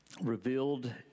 revealed